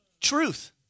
Truth